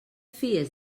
fies